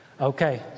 okay